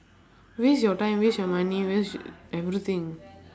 waste your time waste your money waste everything